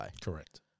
Correct